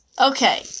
Okay